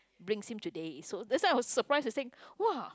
brings him today so that's why I was surprised to think !wah!